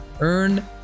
Earn